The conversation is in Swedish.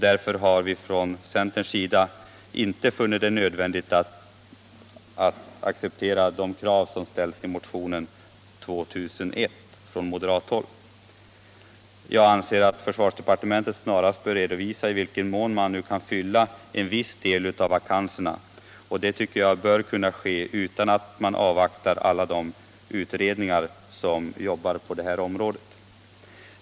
Därför har vi inom centern inte funnit det nödvändigt att stödja kraven i moderaternas motion nr 2001. Jag anser att försvarsdepartementet snarast bör redovisa i vilken mån man nu kan fylla en viss del av vakanserna. Detta bör kunna ske utan att man avvaktar alla de utredningar som arbetar på det här området.